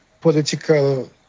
political